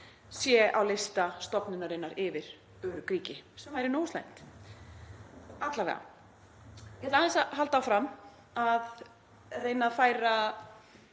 sé á lista stofnunarinnar yfir örugg ríki, sem væri nógu slæmt. Ég ætla aðeins að halda áfram að reyna að færa